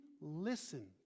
listen